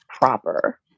proper